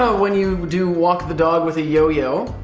ah when you do walk the dog with a yo-yo,